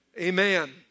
Amen